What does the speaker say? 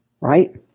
Right